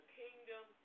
kingdom